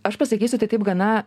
aš pasakysiu tai taip gana